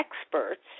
experts